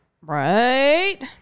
Right